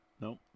Nope